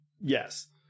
yes